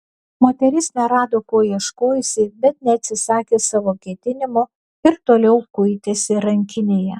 moteris nerado ko ieškojusi bet neatsisakė savo ketinimo ir toliau kuitėsi rankinėje